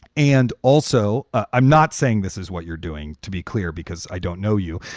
and also, i'm not saying this is what you're doing. to be clear, because i don't know you.